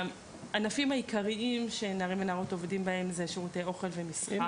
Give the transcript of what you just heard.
הענפים העיקריים בהם עובדים בני נוער זה שירותי אוכל ו- Babysitting,